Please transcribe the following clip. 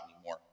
anymore